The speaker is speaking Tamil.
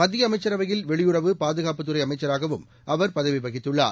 மத்திய அமைச்சரவையில் வெளியுறவு பாதுகாப்புத்துறை அமைச்சராகவும் அவர் பதவி வகித்துள்ளார்